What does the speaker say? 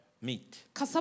meet